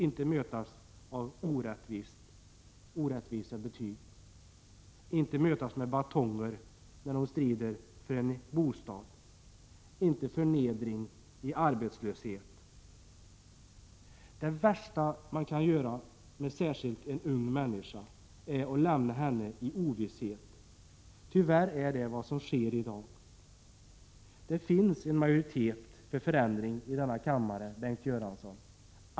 Ingen skall behöva mötas av orättvisa betyg. Ingen skall behöva mötas med batonger när de strider för en bostad, ingen skall behöva känna förnedringen av arbetslöshet. Det värsta man kan göra med en ung människa är att lämna henne i ovisshet. Tyvärr är det vad som sker i dag. Det finns en majoritet för förändring i denna kammare, Bengt Göransson.